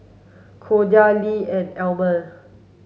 Cordia Lyle and Almond